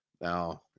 Now